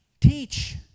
Teach